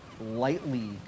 lightly